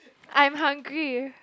I'm hungry